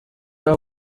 aba